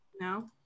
No